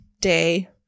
day